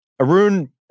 Arun